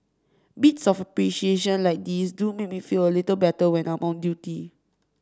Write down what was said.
bits of appreciation like these do make me feel a little better when I'm on duty